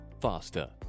faster